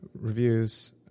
reviews